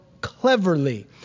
cleverly